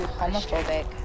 homophobic